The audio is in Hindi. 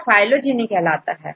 यह फाइलोजेनी कहलाता है